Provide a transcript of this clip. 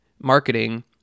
marketing